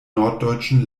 norddeutschen